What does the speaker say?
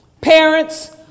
parents